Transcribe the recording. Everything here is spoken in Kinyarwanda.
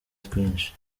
twinshi